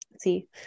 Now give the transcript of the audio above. See